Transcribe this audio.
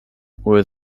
were